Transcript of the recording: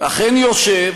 אכן יושב,